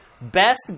best